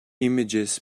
images